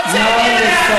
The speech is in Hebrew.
טוב.